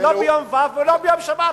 לא ביום ו' ולא ביום שבת.